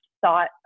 thought